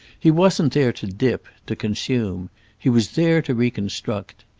he wasn't there to dip, to consume he was there to reconstruct.